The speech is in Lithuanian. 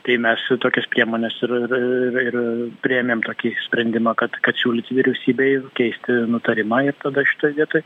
tai mes tokias priemones ir ir ir priėmėm tokį sprendimą kad kad siūlyti vyriausybei keisti nutarimą ir tada šitoj vietoj